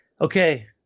Okay